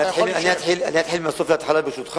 אתה יכול לשבת.